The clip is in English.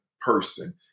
person